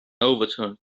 overturned